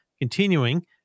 continuing